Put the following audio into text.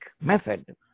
method